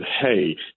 hey